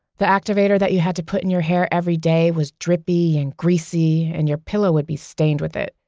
the activator that you had to put in your hair every day was drippy and greasy, and your pillow would be stained with it.